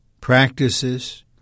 practices